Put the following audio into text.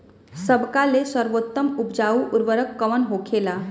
सबका ले सर्वोत्तम उपजाऊ उर्वरक कवन होखेला?